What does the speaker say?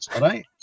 right